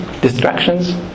distractions